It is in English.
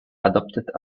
adopted